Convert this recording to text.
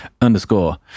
underscore